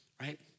right